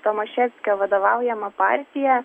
tomaševskio vadovaujama partija